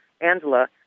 angela